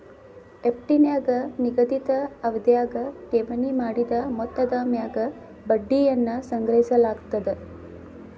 FD ನ್ಯಾಗ ನಿಗದಿತ ಅವಧ್ಯಾಗ ಠೇವಣಿ ಮಾಡಿದ ಮೊತ್ತದ ಮ್ಯಾಗ ಬಡ್ಡಿಯನ್ನ ಸಂಗ್ರಹಿಸಲಾಗ್ತದ